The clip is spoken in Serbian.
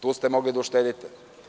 Tu ste mogli da uštedite.